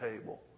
table